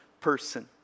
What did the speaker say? person